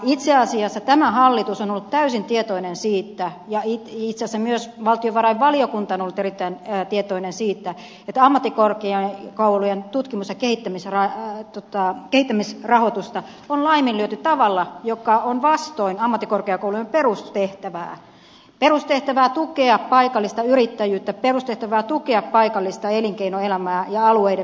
itse asiassa tämä hallitus on ollut täysin tietoinen siitä ja itse asiassa myös valtiovarainvaliokunta on ollut erittäin tietoinen siitä että ammattikorkeakoulujen tutkimus ja kehittämisrahoitusta on laiminlyöty tavalla joka on vastoin ammattikorkeakoulujen perustehtävää perustehtävää tukea paikallista yrittäjyyttä perustehtävää tukea paikallista elinkeinoelämää ja alueiden menestystä